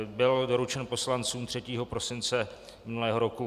Byl doručen poslancům 3. prosince minulého roku.